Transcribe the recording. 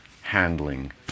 handling